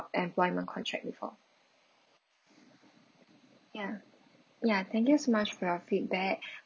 employment contract with her ya ya thank you so much for your feedback